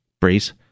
Breeze